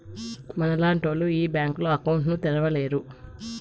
మనలాంటోళ్లు ఈ బ్యాంకులో అకౌంట్ ను తెరవలేరు